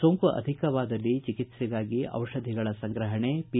ಸೋಂಕು ಅಧಿಕವಾದಲ್ಲಿ ಚಿಕಿತ್ಸೆಗಾಗಿ ಔಷಧಿಗಳ ಸಂಗ್ರಹಣೆ ಪಿ